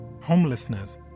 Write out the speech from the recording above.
Homelessness